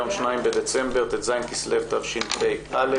היום 2 בדצמבר, ט"ז כסלו התשפ"א.